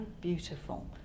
beautiful